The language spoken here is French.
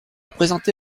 présenté